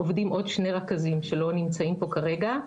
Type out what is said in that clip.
עובדים עוד שני רכזים שלא נמצאים פה כרגע,